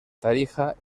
tarija